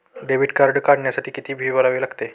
Debit card काढण्यासाठी किती fee भरावी लागते?